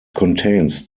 contains